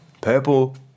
Purple